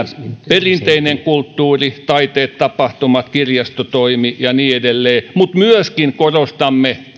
perinteinen kulttuuri taiteet tapahtumat kirjastotoimi ja niin edelleen ja myöskin korostamme